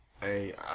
hey